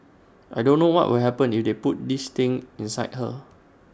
I don't know what will happen if they put this thing inside her